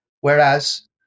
whereas